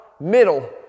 middle